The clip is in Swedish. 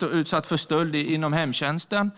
utsatt för stöld av hemtjänsten.